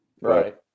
Right